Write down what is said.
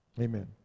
Amen